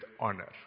Honor